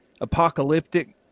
apocalyptic